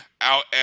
out